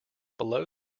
below